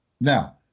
Now